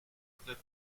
pourrait